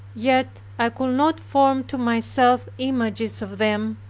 yet i could not form to myself images of them,